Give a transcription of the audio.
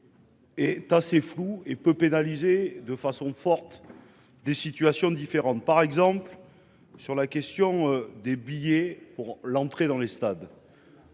Est assez floue et peu pénalisées de façon forte des situations différentes, par exemple sur la question des billets pour l'entrée dans les stades.